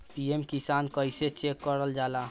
PM किसान कइसे check करल जाला?